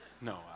no